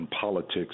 politics